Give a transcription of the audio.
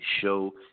show